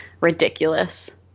ridiculous